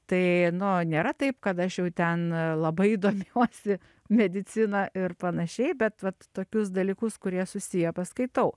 tai no nėra taip kad aš jau ten labai domiuosi medicina ir panašiai bet vat tokius dalykus kurie susiję paskaitau